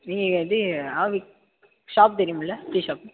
நீங்கள் எப்படி office shop தெரியும்ல டீ ஷாப்பு